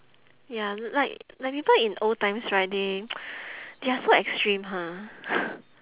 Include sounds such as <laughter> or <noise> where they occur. ya like like people in old times right they <noise> they are so extreme ha <breath>